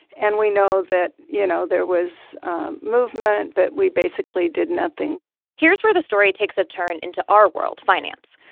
and we know that, you know, there was a movement, but we basically did nothing here's where the story takes a turn into our world finance.